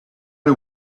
you